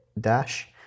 Dash